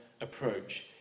approach